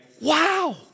wow